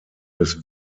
des